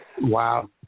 Wow